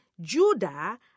Judah